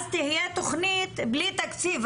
אז תהיה תוכנית בלי תקציב.